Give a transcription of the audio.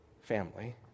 family